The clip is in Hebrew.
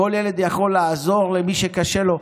כל ילד יכול לעזור למי שקשה לו.